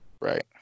Right